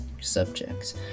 subjects